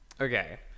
Okay